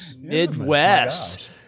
midwest